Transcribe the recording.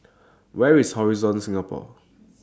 Where IS Horizon Singapore